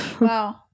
Wow